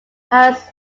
hans